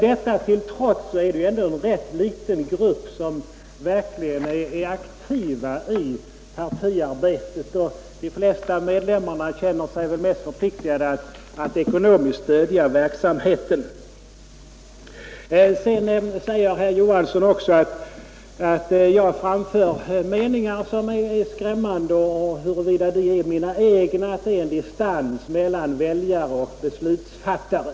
Detta till trots är det ändå en rätt liten grupp människor som verkligen är aktiva i partiarbetet; de flesta medlemmarna känner sig väl mest förpliktade att ekonomiskt stödja verksamheten. Herr Johansson menar också att jag framför meningar som är skrämmande när jag säger att det finns en distans mellan väljare och beslutsfattare.